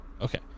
Okay